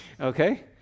okay